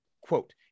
Quote